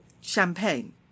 champagne